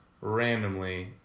randomly